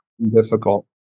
difficult